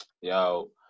Yo